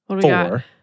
four